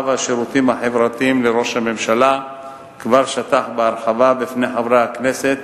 והשירותים החברתיים לראש הממשלה הוא כבר שטח בהרחבה בפני חברי הכנסת,